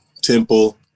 temple